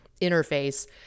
interface